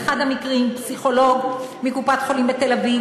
באחד המקרים פסיכולוג מקופת-חולים בתל-אביב